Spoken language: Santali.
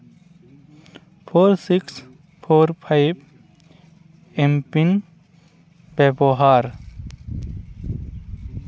ᱯᱷᱳᱨ ᱥᱤᱠᱥ ᱯᱷᱳᱨ ᱯᱟᱭᱤᱵᱽ ᱮᱢᱯᱤᱱ ᱵᱮᱵᱚᱦᱟᱨ